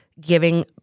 giving